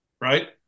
right